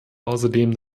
außerdem